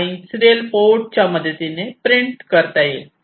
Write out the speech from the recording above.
आणि serial port च्या मदतीने ने प्रिंट करता येईल